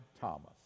Thomas